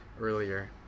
earlier